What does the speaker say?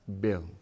Bill